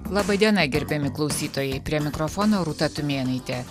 laba diena gerbiami klausytojai prie mikrofono rūta tumėnaitė